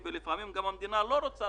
שאנחנו לא מזדכים